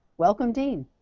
welcome, dean.